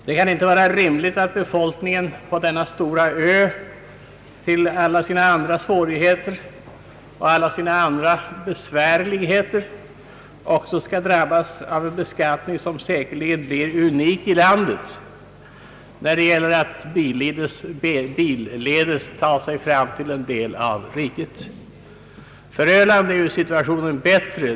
Det kan inte vara rimligt att befolkningen på denna stora ö till alla sin andra svårigheter och besvärligheter också skall drabbas av en beskattning, som säkerligen blir unik i landet, när det gäller att billedes ta sig fram till en del av riket. För Öland är ju situationen bättre.